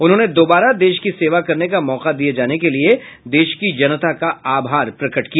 उन्होंने दोबारा देश की सेवा करने का मौका दिए जाने के लिए देश की जनता का आभार प्रकट किया